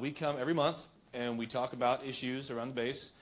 we come every month and we talk about issues around base.